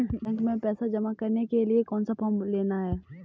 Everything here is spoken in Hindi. बैंक में पैसा जमा करने के लिए कौन सा फॉर्म लेना है?